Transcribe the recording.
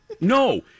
No